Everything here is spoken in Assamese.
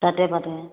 তাতে পাতে